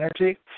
energy